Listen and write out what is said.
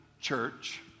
church